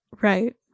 Right